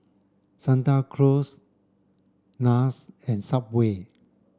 Santa Cruz NARS and Subway